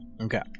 Okay